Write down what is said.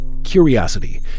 curiosity